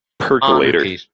percolator